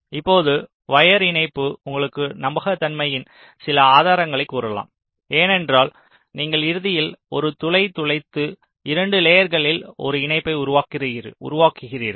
இப்போது வயர் இணைப்பு உங்களுக்கு நம்பகத்தன்மையின் சில ஆதாரங்களைக் கூறலாம் ஏனென்றால் நீங்கள் இறுதியில் ஒரு துளை துளைத்து இரண்டு லேயர்ககளில் ஒரு இணைப்பை உருவாக்குகிறீர்கள்